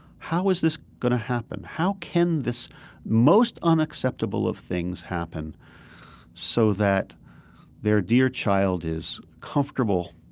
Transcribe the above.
how is this going to happen? how can this most unacceptable of things happen so that their dear child is comfortable,